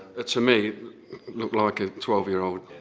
to me, it looked like a twelve year old,